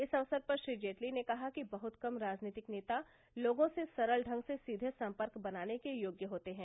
इस अवसर पर श्री जेटली ने कहा कि बहुत कम राजनीतिक नेता लोगों से सरल ढंग से सीधे संपर्क बनाने के योग्य होते हैं